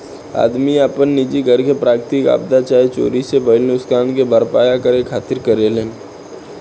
आदमी आपन निजी घर के प्राकृतिक आपदा चाहे चोरी से भईल नुकसान के भरपाया करे खातिर करेलेन